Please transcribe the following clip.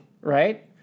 right